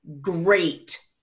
great